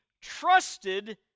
trusted